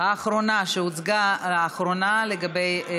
האחרונה שהוצגה בדיון.